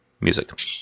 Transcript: music